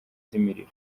z’imiriro